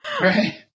Right